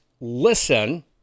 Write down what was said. listen